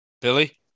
Billy